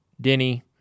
Denny